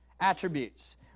attributes